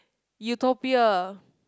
utopia